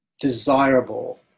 desirable